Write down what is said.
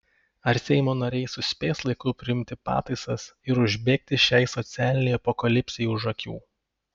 ar seimo nariai suspės laiku priimti pataisas ir užbėgti šiai socialinei apokalipsei už akių